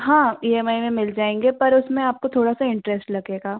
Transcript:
हाँ E M I में मिल जाएंगे पर उसमें आपको थोड़ा सा इंटरेस्ट लगेगा